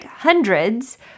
Hundreds